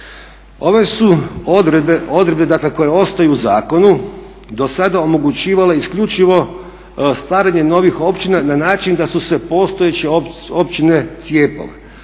Ove su odredbe dakle koje ostaju u zakonu dosada omogućavale isključivo stvaranje novih općina na način da su se postojeće općine cijepale.